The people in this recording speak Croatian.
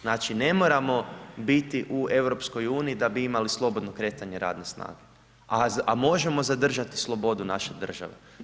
Znači ne moramo biti u EU da bi imali slobodno kretanje radne snage a možemo zadržati slobodu naše države.